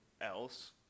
else